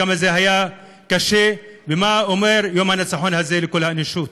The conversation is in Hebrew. כמה זה היה קשה ומה אומר יום הניצחון הזה לכל האנושות.